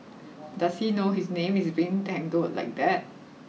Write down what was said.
does he know his name is being dangled like that